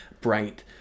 bright